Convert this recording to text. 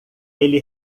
ele